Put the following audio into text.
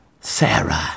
Sarah